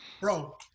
bro